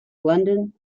london